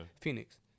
Phoenix